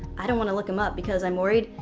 i don't want to look him up because, i'm worried,